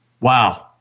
Wow